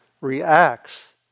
reacts